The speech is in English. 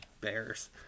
Bears